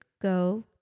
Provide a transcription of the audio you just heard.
go